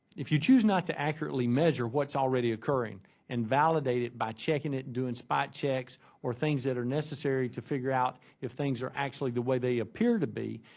if you choose not to accurately measure what's already occurring and validate it by checking it and doing spot checks or things that are necessary to figure out if things are actually the way they appear to be,